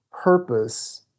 purpose